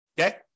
Okay